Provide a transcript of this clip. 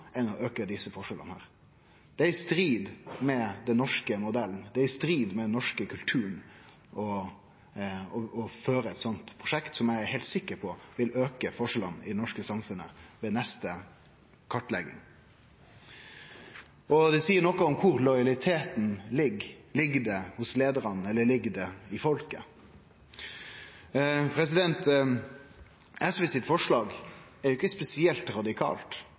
desse forskjellane. Det er i strid med den norske modellen, det er i strid med den norske kulturen, å føre eit sånt prosjekt, som eg er heilt sikker på vil auke forskjellane i det norske samfunnet ved neste kartlegging. Det seier noko om kor lojaliteten ligg – ligg den hos leiarane, eller ligg den i folket? SV sitt forslag er ikkje spesielt